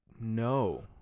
No